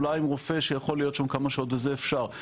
אולי רופא שיכול להיות שהוא כמה שעות וזה אפשר,